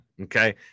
okay